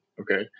Okay